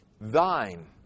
thine